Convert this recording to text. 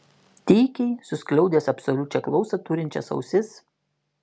tykiai suskliaudęs absoliučią klausą turinčias ausis